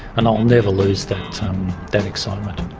and i'll never lose that that excitement.